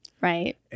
Right